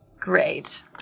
Great